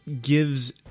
gives